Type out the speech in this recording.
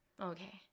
Okay